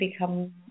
become